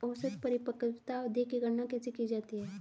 औसत परिपक्वता अवधि की गणना कैसे की जाती है?